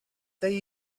they